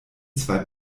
zwei